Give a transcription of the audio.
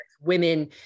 women